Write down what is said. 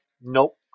Nope